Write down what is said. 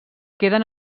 queden